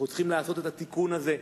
אנחנו צריכים לעשות את התיקון הזה.